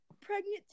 Pregnant